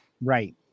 Right